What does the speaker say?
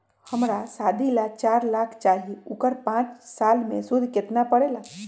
हमरा शादी ला चार लाख चाहि उकर पाँच साल मे सूद कितना परेला?